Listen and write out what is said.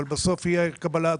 אבל בסוף תהיה קבלה.